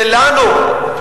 שלנו,